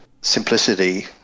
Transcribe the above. simplicity